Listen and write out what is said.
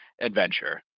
adventure